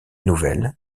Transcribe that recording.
nouvelles